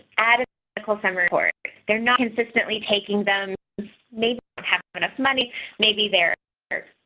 add the whole summer they're not consistently taking them maybe have enough money maybe they're